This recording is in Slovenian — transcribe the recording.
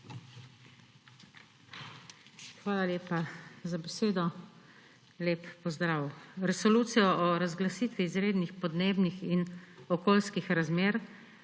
Hvala lepa za besedo. Lep pozdrav! Resolucijo o razglasitvi izrednih podnebnih in okoljskih razmer